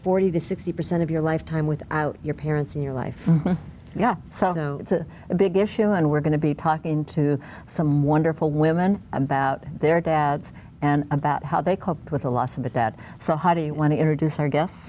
forty to sixty percent of your life time with your parents in your life so it's a big issue and we're going to be talking to some wonderful women about their dads and about how they cope with the loss of a dad so how do you want to introduce our gues